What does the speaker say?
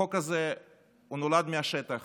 החוק הזה נולד מהשטח.